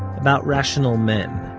about rational men.